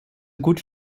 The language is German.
gut